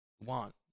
Want